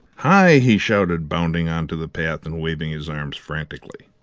hi! he shouted, bounding on to the path, and waving his arms frantically.